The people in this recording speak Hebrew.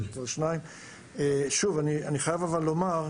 אני חייב לומר,